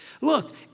look